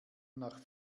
nach